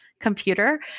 computer